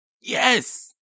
yes